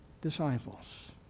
disciples